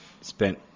spent